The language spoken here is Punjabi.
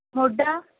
ਮੋਢਾ